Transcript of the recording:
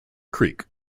creek